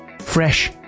fresh